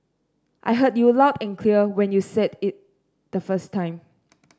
I heard you loud and clear when you said it the first time